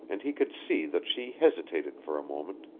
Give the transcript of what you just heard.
and he could see that she hesitated for a moment.